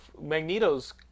Magneto's